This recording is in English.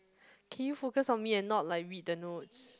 can you focus on me and not like read the notes